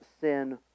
sin